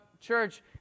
church